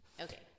Okay